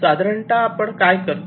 साधारणतः आपण काय करतो